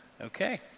Okay